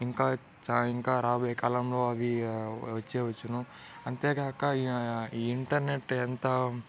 ఇంకా చా రాబోయే కాలంలో అవి వచ్చే వచ్చును అంతేకాక ఈ ఇంటర్నెట్ ఎంత